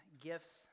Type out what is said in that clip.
gifts